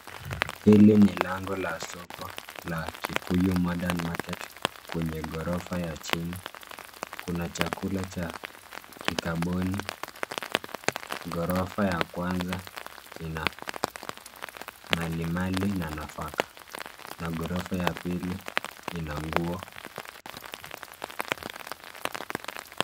Hili ni lango la soko la Kikuyu Modern Market , kwenye ghorofa ya chini, kuna chakula cha kikapuni, ghorofa ya kwanza, ina malimali, na nafaka, ghorofa ya pili, ina nguo.